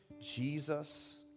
Jesus